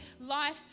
life